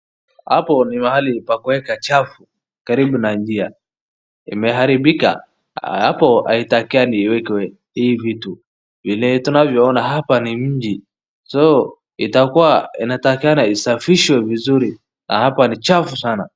Hapo ni mahali pa kuweka chafu karibu na njia, imeharibika, hapo haitakikani iwekwe hii vitu. Vile tunavyoona hapa ni nje, itakuwa inatakikana isafishwe vizuri, hapa ni chafu sana.